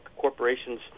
corporations